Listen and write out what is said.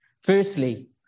Firstly